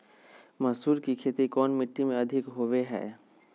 मसूर की खेती कौन मिट्टी में अधीक होबो हाय?